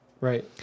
Right